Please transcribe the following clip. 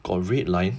got red line